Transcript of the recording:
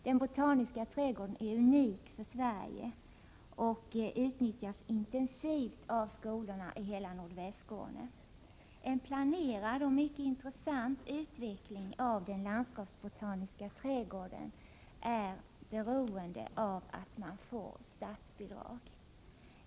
Den botaniska trädgården är unik för Sverige och utnyttjas intensivt av skolorna i hela Nordvästskåne. En planerad och mycket intressant utveckling av den landskapsbotaniska trädgården är beroende av statsbidrag.